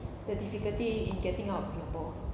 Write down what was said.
the difficulty in getting out of singapore